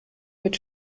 mit